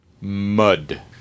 Mud